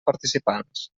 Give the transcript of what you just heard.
participants